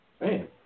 man